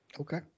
Okay